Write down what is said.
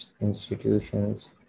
institutions